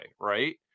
right